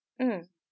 mmhmm